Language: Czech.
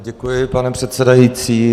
Děkuji, pane předsedající.